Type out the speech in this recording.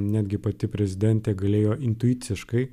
netgi pati prezidentė galėjo intuiciškai